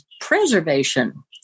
preservation